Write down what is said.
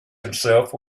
himself